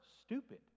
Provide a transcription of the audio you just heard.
stupid